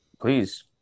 please